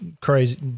crazy